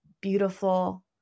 beautiful